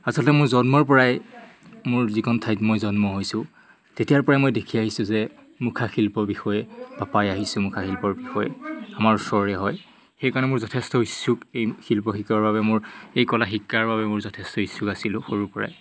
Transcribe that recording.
আচলতে মোৰ জন্মৰ পৰাই মোৰ যিখন ঠাইত মই জন্ম হৈছোঁ তেতিয়াৰ পৰাই মই দেখি আহিছোঁ যে মুখা শিল্পৰ বিষয়ে গম পাই আহিছোঁ মুখা শিল্পৰ বিষয়ে আমাৰ ওচৰৰে হয় সেইকাৰণে মোৰ যথেষ্ট ইচ্ছুক এই শিল্প শিকাৰ বাবে মোৰ এই কলা শিক্ষাৰ বাবে মোৰ যথেষ্ট ইচ্ছুক আছিলোঁ সৰুৰ পৰাই